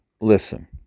listen